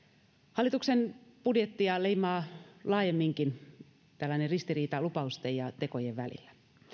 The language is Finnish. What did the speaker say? hallituksen budjettia leimaa laajemminkin tällainen ristiriita lupausten ja tekojen välillä